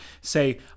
say